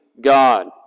God